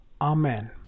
Amen